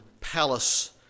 Palace